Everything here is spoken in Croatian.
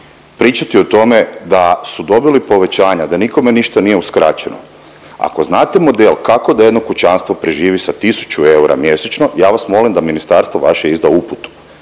Pričati o tome da su dobili povećanja da nikome ništa nije uskraćeno. Ako znate model kako da jedno kućanstvo preživi sa 1000 eura mjesečno ja vas molim da ministarstvo vaše izda uputu.